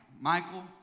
Michael